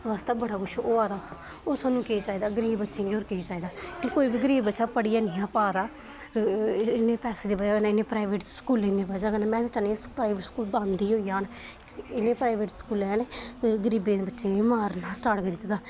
बास्तै बड़ा किश होआ दा होर साह्नूं केह् चाहिदा गरीब बच्चें गी होर केह् चाहिदा कि कोई बी गरीब बच्चा पढ़ी नहीं पा दा इन्ने पैसे दी बजह् कन्नै इन्ने स्कूलें दी बजह् कन्नै में चाह्न्ना प्राइवेट स्कूल बंद गै होई जान